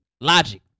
Logic